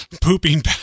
pooping